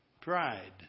Pride